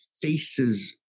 faces